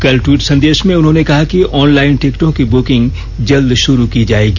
कल टवीट संदेश में उन्होंने कहा कि ऑनलाइन टिकटों की बुकिंग जल्द शुरू की जाएगी